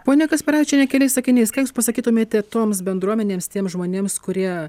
ponia kasparavičienė keliais sakiniais ką jūs pasakytumėte toms bendruomenėms tiems žmonėms kurie